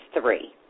three